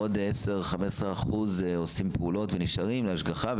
עוד 10%, 15% עושים פעולות ונשארים להשגחה.